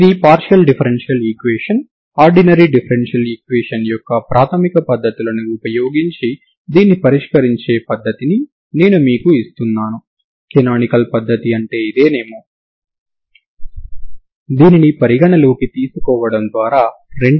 ఈ అవధులు కంటిన్యూస్ అని మీరు చూడవచ్చు లేదా ఇంకొక విధంగా లేదా వ్యతిరేకంగా చెప్పాలంటే దీనిని మీరు పరిష్కారంగా కావాలనుకుంటే ఇది సంతృప్తి చెందాలి అది ఇప్పటికే సంతృప్తి చెందినది సరేనా